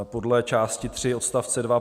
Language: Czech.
Podle části 3 odst. 2